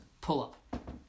pull-up